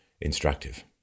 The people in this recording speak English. instructive